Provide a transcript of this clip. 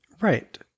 Right